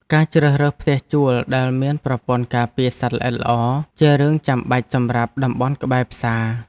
ការជ្រើសរើសផ្ទះជួលដែលមានប្រព័ន្ធការពារសត្វល្អិតល្អជារឿងចាំបាច់សម្រាប់តំបន់ក្បែរផ្សារ។